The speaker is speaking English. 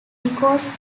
because